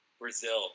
Brazil